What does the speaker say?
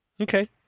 Okay